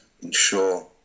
ensure